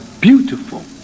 beautiful